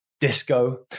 disco